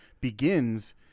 begins